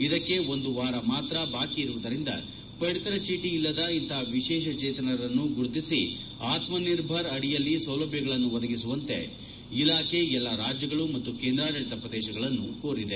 ಇದಕ್ಕೆ ಒಂದು ವಾರ ಮಾತ್ರ ಬಾಕಿ ಇರುವುದರಿಂದ ಪಡಿತರ ಚೀಟ ಇಲ್ಲದ ಇಂತಹ ವಿಶೇಷ ಚೇತನರನ್ನು ಗುರುತಿಸಿ ಆತ್ಮ ನಿರ್ಭರ್ ಅಡಿಯಲ್ಲಿ ಸೌಲಭ್ಧಗಳನ್ನು ಒದಗಿಸುವಂತೆ ಇಲಾಖೆ ಎಲ್ಲಾ ರಾಜ್ಗಗಳು ಮತ್ತು ಕೇಂದ್ರಾಡಳಿತ ಪ್ರದೇಶಗಳನ್ನು ಕೋರಿದೆ